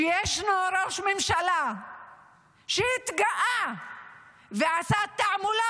שישנו ראש ממשלה שהתגאה ועשה תעמולה